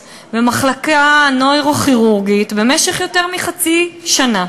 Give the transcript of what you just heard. במחלקה הנוירוכירורגית במשך יותר מחצי שנה.